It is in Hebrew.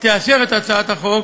תאשר את הצעת החוק